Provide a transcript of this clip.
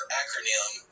acronym